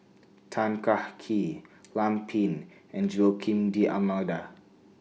Tan Kah Kee Lam Pin and Joaquim D'almeida